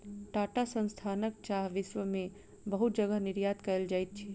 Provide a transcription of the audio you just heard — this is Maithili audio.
टाटा संस्थानक चाह विश्व में बहुत जगह निर्यात कयल जाइत अछि